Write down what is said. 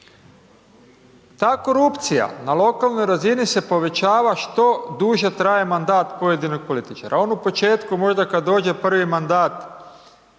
Ta korupcija na lokalnoj razini se povećava što duže traje mandat pojedinog političara, on u početku možda kad dođe prvi mandat